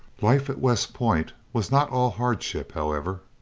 life at west point was not all hardship, however.